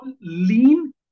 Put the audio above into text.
lean